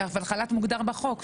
היא מוגדרת בחוק.